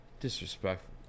Disrespectful